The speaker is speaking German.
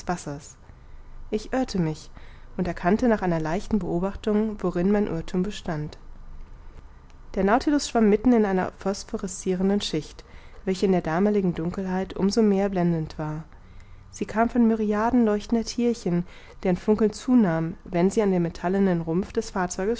ich irrte mich und erkannte nach einer leichten beobachtung worin mein irrthum bestand der nautilus schwamm mitten in einer phosphorescirenden schicht welche in der damaligen dunkelheit um so mehr blendend war sie kam von myriaden leuchtender thierchen deren funkeln zunahm wenn sie an den metallenen rumpf des